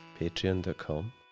patreon.com